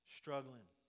struggling